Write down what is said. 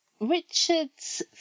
Richard's